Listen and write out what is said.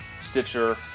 Stitcher